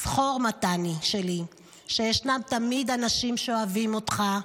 זכור מתני שלי שישנם תמיד אנשים שאוהבים אותך,